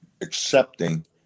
accepting